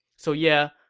so yeah,